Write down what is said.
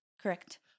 Correct